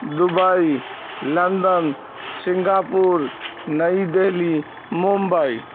Dubai London Singapore Nai Delhi Mumbai